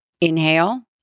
inhale